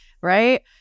right